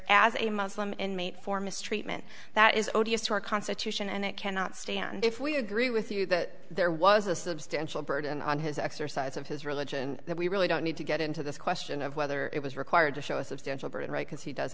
as a muslim inmate for mistreatment that is odious to our constitution and it cannot stand if we agree with you that there was a substantial burden on his exercise of his religion that we really don't need to get into this question of whether it was required to show a substantial burden right because he does